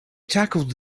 tackled